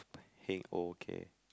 heng oh okay